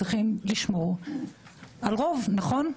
צריכים לשמור על רוב, נכון?